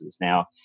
Now